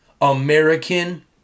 American